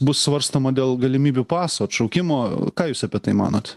bus svarstoma dėl galimybių paso atšaukimo ką jūs apie tai manot